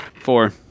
Four